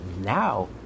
Now